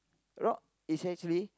rock is actually